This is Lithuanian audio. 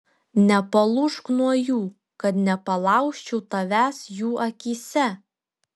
nepalūžk nuo jų kad nepalaužčiau tavęs jų akyse